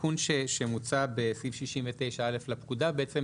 התיקון שמוצא בסעיף 69(א) לפקודה בעצם